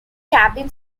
cabin